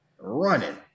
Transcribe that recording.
Running